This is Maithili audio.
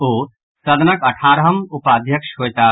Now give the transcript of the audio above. ओ सदनक अठारहम उपाध्यक्ष होयताह